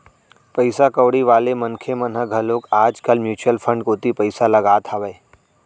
पइसा कउड़ी वाले मनखे मन ह घलोक आज कल म्युचुअल फंड कोती पइसा लगात हावय